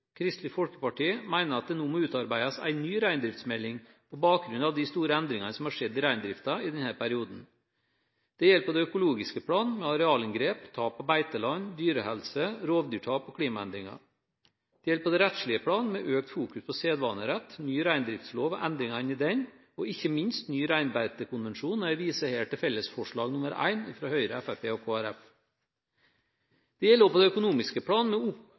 Kristelig Folkeparti mener at det nå må utarbeides en ny reindriftsmelding på bakgrunn av de store endringene som har skjedd i reindriften i denne perioden. Det gjelder på det økologiske plan med arealinngrep, tap av beiteland, dyrehelse, rovdyrtap og klimaendringer. Det gjelder på det rettslige plan med økt fokus på sedvanerett, ny reindriftslov og endringene i den, og ikke minst ny reinbeitekonvensjon. Jeg viser her til forslag nr. 1, fra Fremskrittspartiet, Høyre og Kristelig Folkeparti. Det gjelder også på det økonomiske plan med